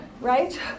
Right